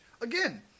Again